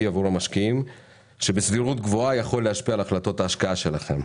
עבור המשקיעים שבסבירות גבוהה יכול להשפיע על החלטות ההשקעה שלכם.